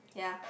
yeah